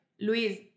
Luis